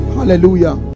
Hallelujah